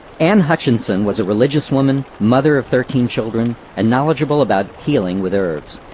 anne hutchinson was a religious woman, mother of thirteen children, and knowledgeable about healing with herbs.